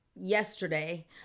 yesterday